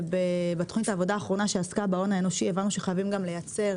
אזי בתוכנית העבודה האחרונה שעסקה בהון האנושי הבנו שחייבים גם לייצר